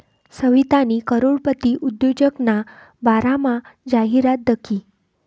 सवितानी करोडपती उद्योजकना बारामा जाहिरात दखी